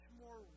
more